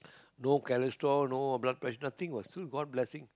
no cholesterol no blood pressure nothing what still god's blessing